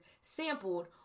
sampled